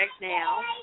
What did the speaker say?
now